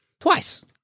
Twice